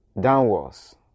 downwards